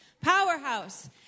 powerhouse